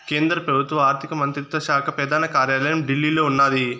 కేంద్ర పెబుత్వ ఆర్థిక మంత్రిత్వ శాక పెదాన కార్యాలయం ఢిల్లీలో ఉన్నాది